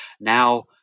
now